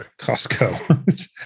Costco